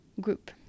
group